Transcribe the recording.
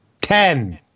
ten